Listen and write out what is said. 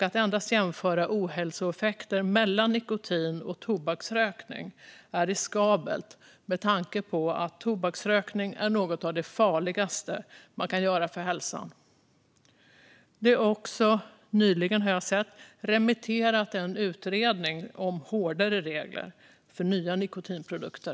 Att endast jämföra ohälsoeffekter mellan nikotin och tobaksrökning är riskabelt med tanke på att tobaksrökning är något av det farligaste man kan göra för hälsan. Det har också nyligen, har jag sett, remitterats en utredning om hårdare regler för nya nikotinprodukter.